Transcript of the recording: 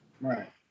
Right